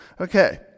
Okay